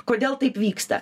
kodėl taip vyksta